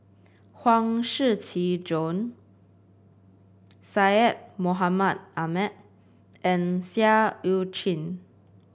Huang Shiqi Joan Syed Mohamed Ahmed and Seah Eu Chin